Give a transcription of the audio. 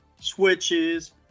Switches